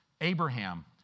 Abraham